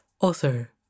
author